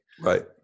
Right